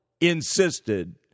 insisted